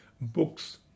books